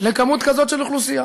לכמות כזאת של אוכלוסייה.